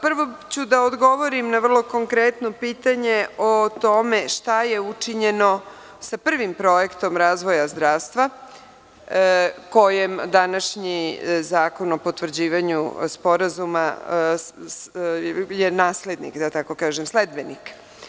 Prvo ću da odgovorim na vrlo konkretno pitanje o tome šta je učinjeno sa Prvim projektom razvoja zdravstva kojem današnji zakon o potvrđivanju Sporazuma je sledbenik.